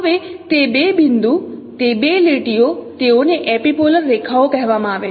હવે તે બે બિંદુ તે બે લીટીઓ તેઓને એપિપોલર રેખાઓ કહેવામાં આવે છે